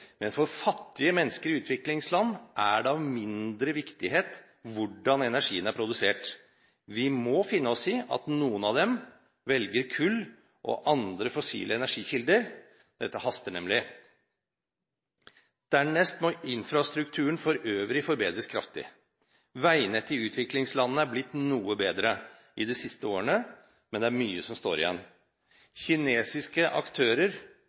Men for fattige mennesker i utviklingsland er det av mindre viktighet hvordan energien er produsert. Vi må finne oss i at noen av dem velger kull og andre fossile energikilder – dette haster nemlig. Dernest må infrastrukturen for øvrig forbedres kraftig. Veinettet i utviklingslandene er blitt noe bedre de siste årene, men det er mye som står igjen. Kinesiske aktører